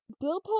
Bill